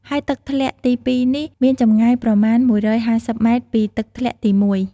ហើយទឹកធ្លាក់ទី២នេះ មានចំងាយប្រមាណ១៥០ម៉ែត្រពីទឹកធ្លាក់ទី១។